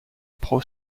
pro